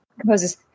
composes